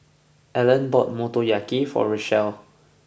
Ellen bought Motoyaki for Richelle